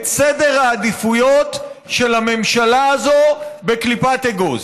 סדר העדיפויות של הממשלה הזו בקליפת אגוז.